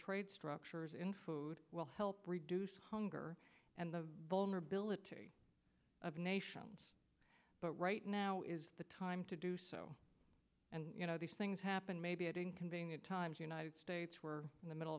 trade structures in food will help reduce hunger and the vulnerability of nations but right now is the time to do so and you know these things happen maybe at inconvenient times united states we're in the middle